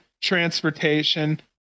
transportation